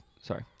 sorry